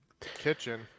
kitchen